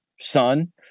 son